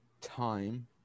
time